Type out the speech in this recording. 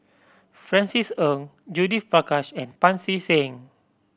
Francis Ng Judith Prakash and Pancy Seng